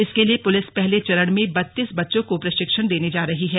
इसके लिए पुलिस पहले चरण में बत्तीस बच्चों को प्रशिक्षण देने जा रही है